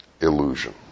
illusion